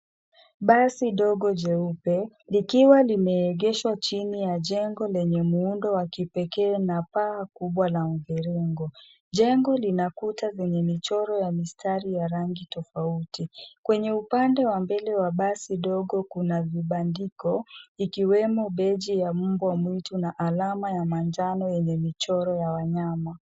Basi dogo jeupe likiwa limeegeshwa chini ya jengo lenye muundo wa kipekee na paa kubwa la mviringo. Jengo lina kuta zenye michoro ya mistari ya rangi tofauti. Kwenye upande wa mbele wa basi dogo kuna vibandiko ikiwemo beji ya mbwa mwitu na alama ya manjano yenye michoro ya wanyama.